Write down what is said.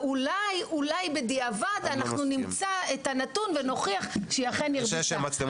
אלא אולי בדיעבד נמצא את הנתון ונוכיח שהיא אכן הכתה.